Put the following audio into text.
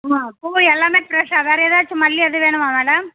ஆ பூ எல்லாமே ஃப்ரெஷ்ஷாக வேறு ஏதாச்சும் மல்லி அப்படி வேணுமா மேடம்